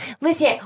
listen